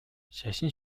шашин